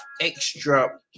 Extra